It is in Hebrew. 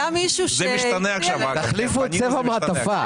זה כבר מפחיד.